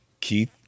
Keith